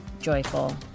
joyful